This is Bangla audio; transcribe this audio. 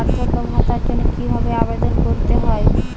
বার্ধক্য ভাতার জন্য কিভাবে আবেদন করতে হয়?